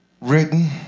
written